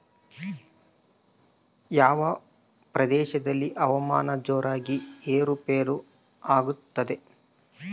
ಯಾವ ಪ್ರದೇಶಗಳಲ್ಲಿ ಹವಾಮಾನ ಜೋರಾಗಿ ಏರು ಪೇರು ಆಗ್ತದೆ?